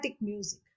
music